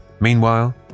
Meanwhile